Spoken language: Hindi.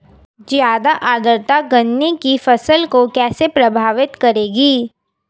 ज़्यादा आर्द्रता गन्ने की फसल को कैसे प्रभावित करेगी?